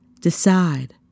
decide